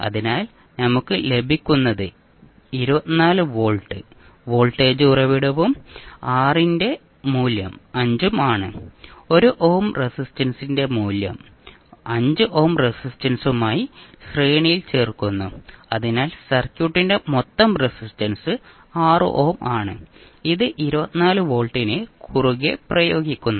അതിനാൽ നമുക്ക് ലഭിക്കുന്നത് 24 വോൾട്ട് വോൾട്ടേജ് ഉറവിടവും R ന്റെ മൂല്യം 5 ഉം ആണ് 1 ഓം റെസിസ്റ്റൻസിന്റെ മൂല്യം 5 ഓം റെസിസ്റ്റൻസുമായി ശ്രേണിയിൽ ചേർക്കുന്നു അതിനാൽ സർക്യൂട്ടിന്റെ മൊത്തം റെസിസ്റ്റൻസ് 6 ഓം ആണ് ഇത് 24 വോൾട്ടിന് കുറുകെപ്രയോഗിക്കുന്നു